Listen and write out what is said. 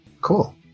Cool